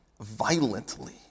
violently